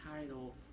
title